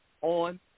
on